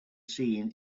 seen